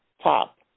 top